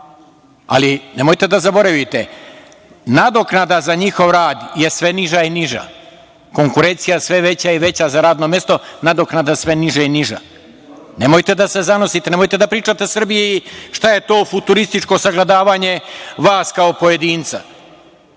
ali nemojte da zaboravite - nadoknada za njihov rad je sve niža i niža. Konkurencija sve veća i veća za radno mesto a nadoknada sve niža i niža. Nemojte da se zanosite. Nemojte da pričate u Srbiji šta je to futurističko sagledavanje vas kao pojedinca.